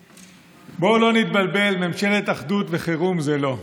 בואו לא נתבלבל, ממשלת אחדות וחירום זה לא.